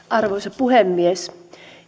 arvoisa puhemies